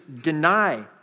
deny